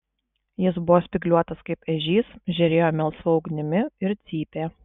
jis buvo spygliuotas kaip ežys žėrėjo melsva ugnimi ir cypė